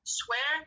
swear